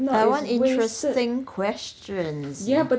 I want interesting questions